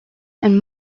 and